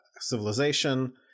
civilization